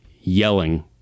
yelling